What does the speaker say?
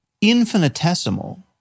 infinitesimal